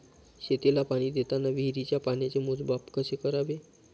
शेतीला पाणी देताना विहिरीच्या पाण्याचे मोजमाप कसे करावे?